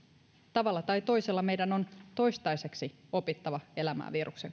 tavalla tai toisella meidän on toistaiseksi opittava elämään viruksen